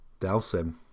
Dalsim